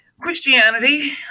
Christianity